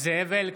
זאב אלקין,